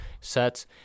sets